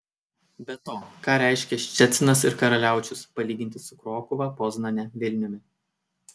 be to ką reiškia ščecinas ir karaliaučius palyginti su krokuva poznane vilniumi